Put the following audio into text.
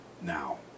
now